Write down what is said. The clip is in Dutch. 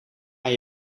aan